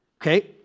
Okay